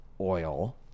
oil